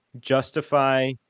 justify